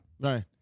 Right